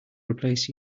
replace